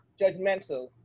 judgmental